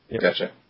Gotcha